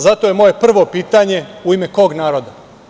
Zato je moje prvo pitanje - u ime kog naroda?